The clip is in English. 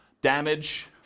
Damage